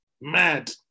Mad